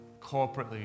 corporately